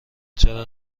چرا